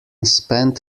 spent